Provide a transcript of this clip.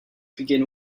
begin